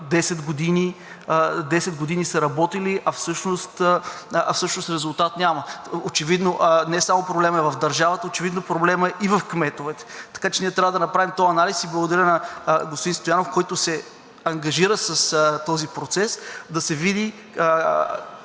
10 години са работили, а всъщност резултат няма. Очевидно не само проблемът е в държавата, очевидно проблемът е и в кметовете. Така че ние трябва да направим този анализ. И благодаря на господин Стоянов, който се ангажира с този процес, да се види